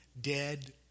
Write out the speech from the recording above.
Dead